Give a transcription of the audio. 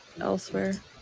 elsewhere